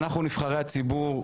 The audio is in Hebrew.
נבחרי הציבור,